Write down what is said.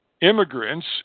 immigrants